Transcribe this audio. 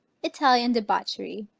italian debauchery.